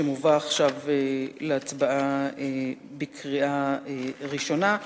שמובא עכשיו להצבעה בקריאה ראשונה.